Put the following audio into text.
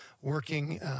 working